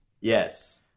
yes